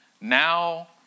now